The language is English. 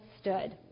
stood